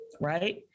right